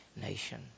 nation